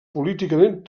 políticament